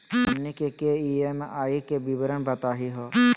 हमनी के ई.एम.आई के विवरण बताही हो?